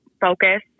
focus